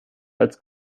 als